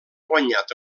guanyat